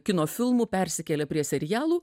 kino filmų persikėlė prie serialų